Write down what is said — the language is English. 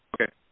Okay